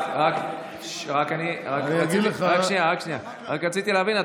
רק רציתי להבין.